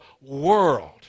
world